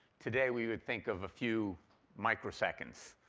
today we would think of a few microseconds,